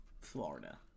Florida